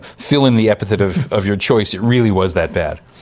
fill in the epithet of of your choice, it really was that bad.